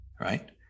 right